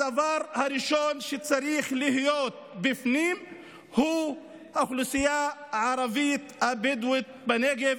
הדבר הראשון שצריך להיות בפנים הוא האוכלוסייה הערבית הבדואית בנגב,